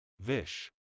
Vish